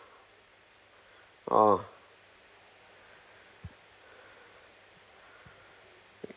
orh